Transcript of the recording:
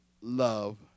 love